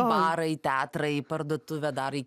barą į teatrą į parduotuvę dar į